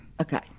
Okay